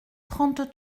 trente